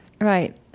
right